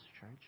church